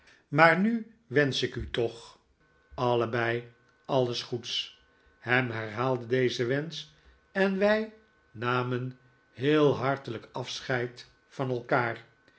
maar nu wensch ik u toch allebei alles goeds ham herhaalde dezen wensch en wij nadickena david copperfield heel hartelijk afscheid van elkaar